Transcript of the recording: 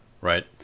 right